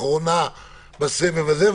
אחרונה בסבב הזה,